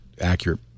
accurate